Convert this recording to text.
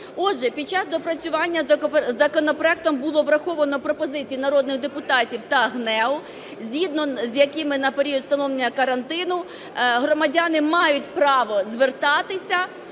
Отже, під час доопрацювання законопроектом було враховано пропозиції народних депутатів та ГНЕУ, згідно з якими на період встановлення карантину громадяни мають право звертатися